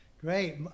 Great